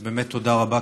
אז באמת תודה רבה.